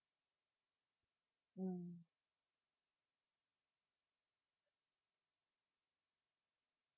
mm